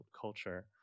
culture